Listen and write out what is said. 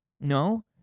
no